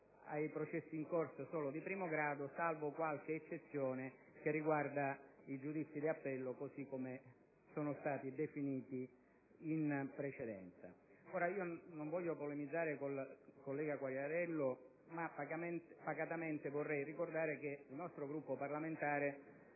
ai processi in corso di primo grado, salvo qualche eccezione che riguarda i giudizi d'appello, così come sono stati definiti in precedenza. Non voglio polemizzare con il collega Quagliariello, ma pacatamente vorrei ricordare che il nostro Gruppo parlamentare